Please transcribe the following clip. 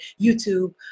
YouTube